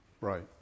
Right